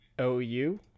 OU